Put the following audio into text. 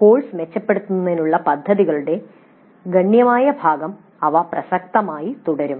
course മെച്ചപ്പെടുത്തുന്നതിനുള്ള പദ്ധതികളുടെ ഗണ്യമായ ഭാഗം അവ പ്രസക്തമായി തുടരും